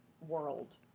world